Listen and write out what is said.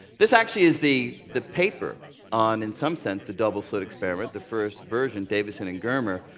this actually is the the paper on, in some sense, the double slit experiment. the first version, davisson and germer.